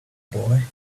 boy